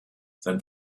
sein